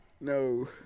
No